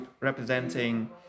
representing